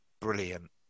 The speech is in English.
brilliant